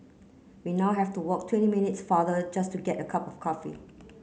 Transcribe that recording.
we now have to walk twenty minutes farther just to get a cup of coffee